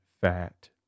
fat